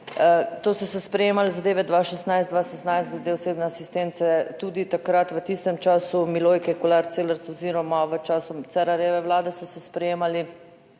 to so se sprejemale zadeve 2016, 2017 glede osebne asistence. Tudi takrat v tistem času Milojke Kolar Celarc oziroma v času Cerarjeve vlade so se sprejemali